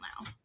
now